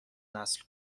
نسل